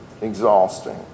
exhausting